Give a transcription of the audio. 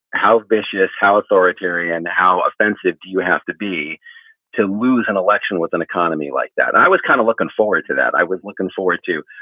how vicious, how authoritarian, how offensive do you have to be to lose an election with an economy like that? i was kind of looking forward to that. i was looking forward to,